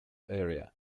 area